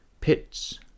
pits